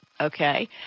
Okay